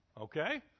Okay